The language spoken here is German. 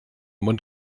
mund